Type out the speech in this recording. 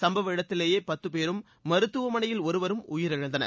சும்பவ இடத்திலேயே பத்து பேரும் மருத்துவ மனையில் ஒருவரும் உயிரிழந்தனர்